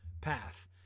path